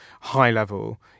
high-level